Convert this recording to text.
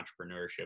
entrepreneurship